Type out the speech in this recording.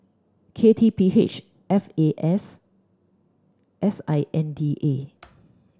K T P H F A S S I N D A